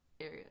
area